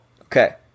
Okay